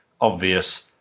obvious